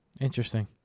Interesting